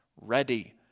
ready